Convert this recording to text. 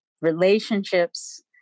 relationships